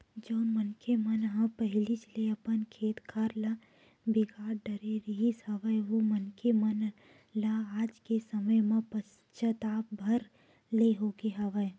जउन मनखे मन ह पहिलीच ले अपन खेत खार ल बिगाड़ डरे रिहिस हवय ओ मनखे मन ल आज के समे म पछतावत भर ले होगे हवय